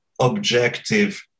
objective